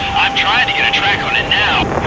i'm trying to get a track on it now.